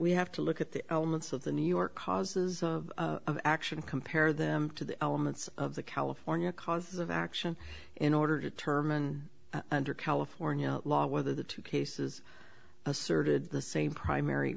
we have to look at the elements of the new york causes of action compare them to the elements of the queue fornia cause of action in order to determine under california law whether the two cases asserted the same primary